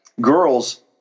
girls